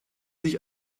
sich